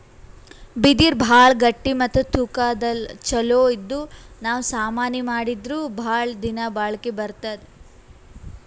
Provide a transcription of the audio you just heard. ಬಿದಿರ್ ಭಾಳ್ ಗಟ್ಟಿ ಮತ್ತ್ ತೂಕಾ ಛಲೋ ಇದ್ದು ನಾವ್ ಸಾಮಾನಿ ಮಾಡಿದ್ರು ಭಾಳ್ ದಿನಾ ಬಾಳ್ಕಿ ಬರ್ತದ್